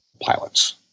pilots